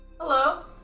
hello